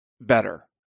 better